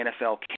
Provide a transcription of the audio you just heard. NFL